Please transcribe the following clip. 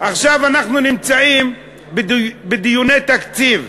עכשיו אנחנו נמצאים בדיוני תקציב,